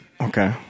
Okay